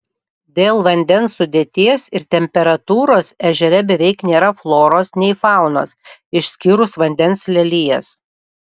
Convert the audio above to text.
dėl vandens sudėties ir temperatūros ežere beveik nėra floros nei faunos išskyrus vandens lelijas